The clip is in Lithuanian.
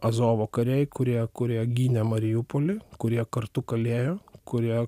azovo kariai kurie kurie gynė mariupolį kurie kartu kalėjo kurie